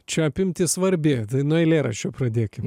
čia apimtis svarbi tai nuo eilėraščio pradėkim